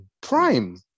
Prime